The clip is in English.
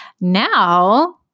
Now